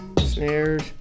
snares